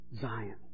Zion